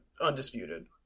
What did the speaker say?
undisputed